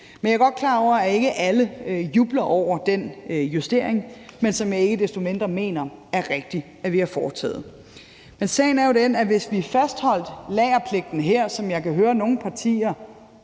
Jeg er godt klar over, at ikke alle jubler over den justering, som jeg ikke desto mindre mener er rigtig at have foretaget. Men sagen er jo den, at hvis vi fastholdt lagerpligten her, som jeg kan høre nogle partier